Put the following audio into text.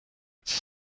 its